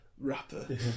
rapper